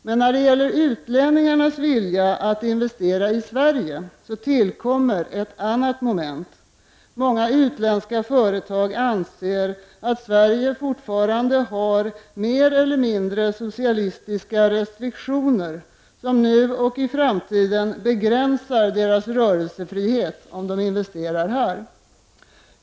Men när det gäller utlänningars vilja att investera i Sverige tillkommer ett annat moment — många utländska företag anser att Sverige fortfarande har mer eller mindre socialistiska restriktioner som nu och i framtiden begränsar deras rörelsefrihet om de investerar här.